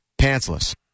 pantsless